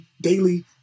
daily